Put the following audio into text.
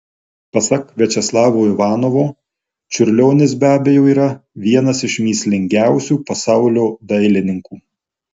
pasak viačeslavo ivanovo čiurlionis be abejo yra vienas iš mįslingiausių pasaulio dailininkų